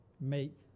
make